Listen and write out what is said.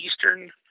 Eastern